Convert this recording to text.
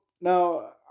now